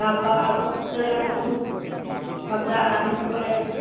कपड़ा आर